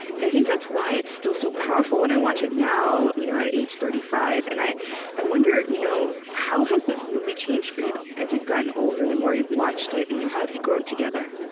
and i think that's why it's still so powerful when i watch it now, you know at age thirty five. five. and i i wonder, you know how has this movie changed for you as you've gotten older, the more you've watched it? you know how have you grown together?